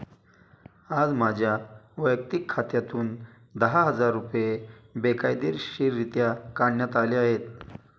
आज माझ्या वैयक्तिक खात्यातून दहा हजार रुपये बेकायदेशीररित्या काढण्यात आले आहेत